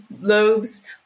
lobes